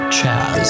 Chaz